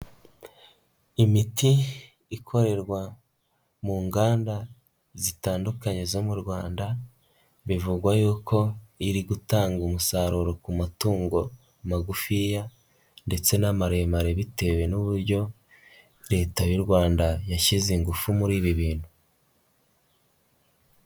Imiti ikorerwa mu nganda zitandukanye zo mu Rwanda bivugwa y'uko iri gutanga umusaruro ku matungo magufiya ndetse n'amaremare bitewe n'uburyo Leta y'u Rwanda yashyize ingufu muri ibi bintu.